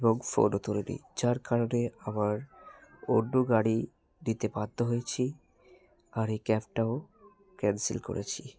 এবং ফোনও তোলে নি যার কারণে আমার অন্য গাড়ি নিতে বাধ্য হয়েছি আর এই ক্যাবটাও ক্যান্সেল করেছি